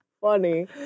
funny